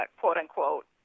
quote-unquote